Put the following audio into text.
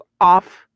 off